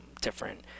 different